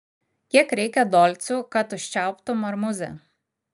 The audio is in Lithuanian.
kiek reikia dolcų kad užčiauptum marmuzę